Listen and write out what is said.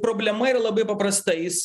problema yra labai paprasta jis